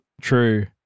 True